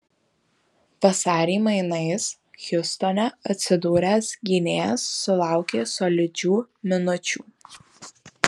vasarį mainais hjustone atsidūręs gynėjas sulaukė solidžių minučių